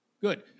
good